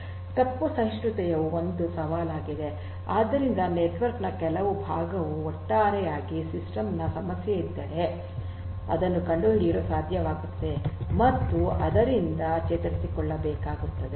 ತಪ್ಪು ಸಹಿಷ್ಣುತೆಯು ಒಂದು ಸವಾಲಾಗಿದೆ ಆದ್ದರಿಂದ ನೆಟ್ವರ್ಕ್ ನ ಕೆಲವು ಭಾಗವು ಒಟ್ಟಾರೆಯಾಗಿ ಸಿಸ್ಟಮ್ ಸಮಸ್ಯೆಯಲ್ಲಿ ಇದ್ದರೆ ಅದನ್ನು ಕಂಡುಹಿಡಿಯಲು ಸಾಧ್ಯವಾಗುತ್ತದೆ ಮತ್ತು ಅದರಿಂದ ಚೇತರಿಸಿಕೊಳ್ಳಬೇಕಾಗುತ್ತದೆ